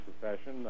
profession